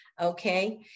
Okay